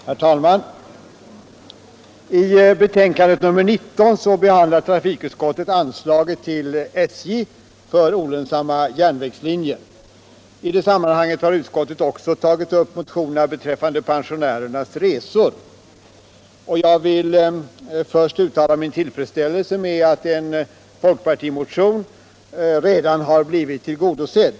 Herr talman! I betänkandet nr 19 behandlar trafikutskottet anslaget till SJ för olönsamma järnvägslinjer. I det sammanhanget har utskottet också tagit upp motionerna beträffande pensionärernas resor. Jag vill först uttala min tillfredsställelse med att en folkpartimotion redan har blivit tillgodosedd.